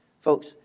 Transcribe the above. Folks